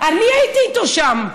אני הייתי איתו שם.